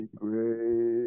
great